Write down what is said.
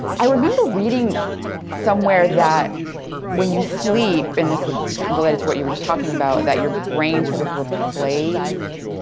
i remember reading somewhere that when you sleep, and this is related to what you were just talking about, that your brain sort of replays,